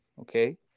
Okay